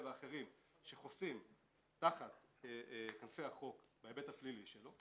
ואחרים שחוסים תחת כנפי החוק בהיבט הפלילי שלו.